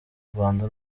rwanda